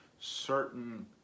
certain